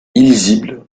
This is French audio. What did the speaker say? illisible